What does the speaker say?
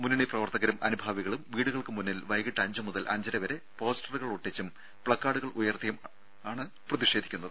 മുന്നണി പ്രവർത്തകരും അനുഭാവികളും വീടുകൾക്ക് മുന്നിൽ വൈകീട്ട് അഞ്ച് മുതൽ അഞ്ചര വരെ പോസ്റ്ററുകൾ ഒട്ടിച്ചും പ്ലക്കാർഡുകൾ ഉയർത്തിയുമാണ് പ്രതിഷേധിക്കുന്നത്